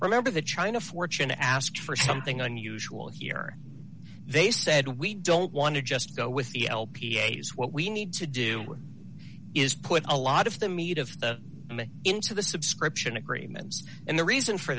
remember the china fortune asked for something unusual here they said we don't want to just go with e l p a is what we need to do is put a lot of the meat of the into the subscription agreement and the reason for